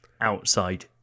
outside